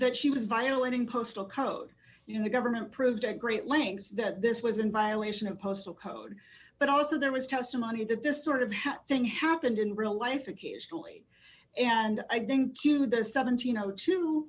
that she was violating postal code you know the government proved at great length that this was in violation of postal code but also there was testimony that this sort of thing happened in real life occasionally and i think to the seventeen o two